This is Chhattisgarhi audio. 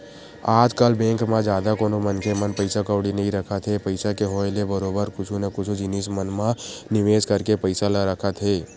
आजकल बेंक म जादा कोनो मनखे मन पइसा कउड़ी नइ रखत हे पइसा के होय ले बरोबर कुछु न कुछु जिनिस मन म निवेस करके पइसा ल रखत हे